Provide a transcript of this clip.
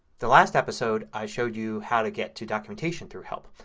the last episode i showed you how to get to documentation through help.